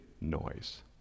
noise